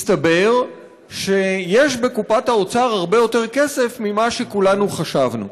מסתבר שיש בקופת האוצר הרבה יותר כסף ממה שכולנו חשבנו.